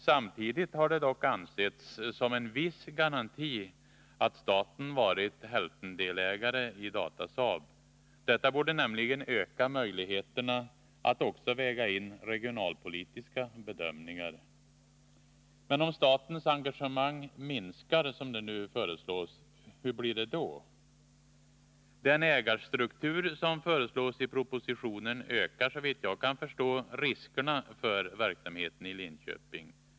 Samtidigt har det dock ansetts som en viss garanti att staten varit hälftendelägare i Datasaab. Detta borde nämligen öka möjligheterna att också väga in regionalpolitiska bedömningar. Men om statens engagemang minskar, som nu föreslås, hur blir det då? Den ägarstruktur som föreslås i propositionen ökar, såvitt jag kan förstå, riskerna för verksamheten i Linköping.